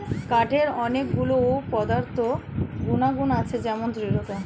কাঠের অনেক গুলো পদার্থ গুনাগুন আছে যেমন দৃঢ়তা